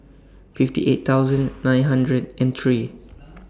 fifty eight thousand nine hundred and three